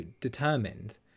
determined